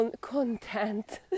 content